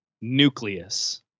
nucleus